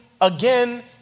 again